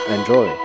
Enjoy